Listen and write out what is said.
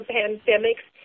pandemics